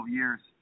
years